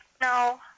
No